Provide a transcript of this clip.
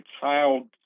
child